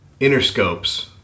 Interscopes